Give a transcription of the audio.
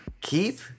Keep